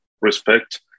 respect